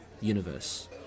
universe